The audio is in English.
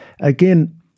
again